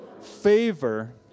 favor